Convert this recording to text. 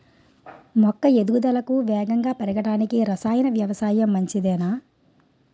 మొక్క ఎదుగుదలకు వేగంగా పెరగడానికి, రసాయన వ్యవసాయం మంచిదేనా?